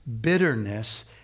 bitterness